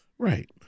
Right